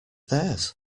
theirs